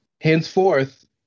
Henceforth